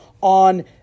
on